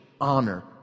honor